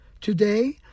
Today